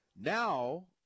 Now